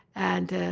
and,